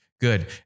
good